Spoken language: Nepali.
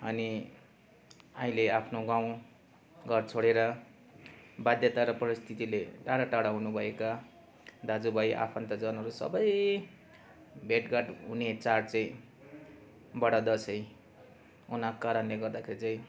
अनि अहिले आफ्नो गाउँ घर छोडेर बाध्यता र परिस्थितिले टाडा टाडा हुनु भएका दाजुभाइ आफन्तजनहरू सबै भेटघाट हुने चाड चाहिँ बडा दसैँ हुनको कारणले गर्दाखेरि चाहिँ